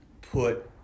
put